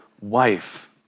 wife